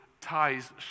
ties